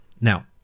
Now